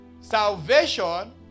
Salvation